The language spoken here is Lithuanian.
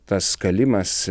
tas kalimas